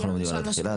אנחנו עומדים על התחילה,